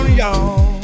y'all